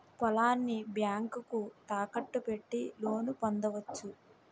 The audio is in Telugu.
పొలాన్ని బ్యాంకుకు తాకట్టు పెట్టి లోను పొందవచ్చు